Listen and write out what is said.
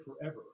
forever